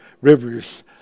rivers